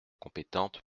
compétentes